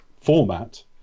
format